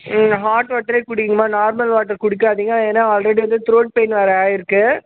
ம் ஹாட் வாட்டரே குடிங்கம்மா நார்மல் வாட்டர் குடிக்காதிங்க ஏன்னா ஆல்ரெடி வந்து ட்ரோட் பெயின் வேறு ஆயிருக்கு